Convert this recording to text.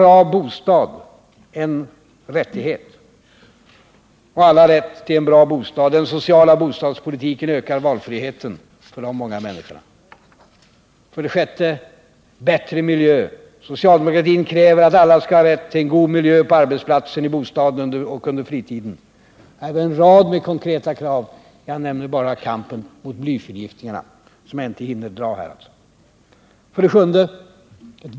Alla har rätt till en bra bostad. Den sociala bostadspolitiken ökar valfriheten för de många människorna. Socialdemokratin kräver att alla skall ha rätt till en god miljö på arbetsplatsen, i bostaden och under fritiden. Vi har en rad konkreta krav. Jag nämner bara kampen mot blyförgiftningar.